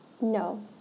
No